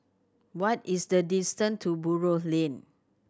what is the distance to Buroh Lane